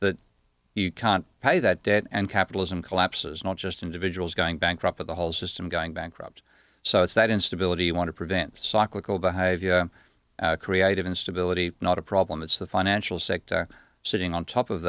that you can't pay that debt and capitalism collapses not just individuals going bankrupt but the whole system going bankrupt so it's that instability you want to prevent cyclical behavior creative instability not a problem it's the financial sector sitting on top of